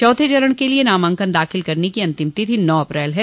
चौथे चरण के लिये नामांकन दाखिल करने की अंतिम तिथि नौ अप्रैल है